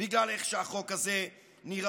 בגלל איך שהחוק הזה נראה.